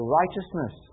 righteousness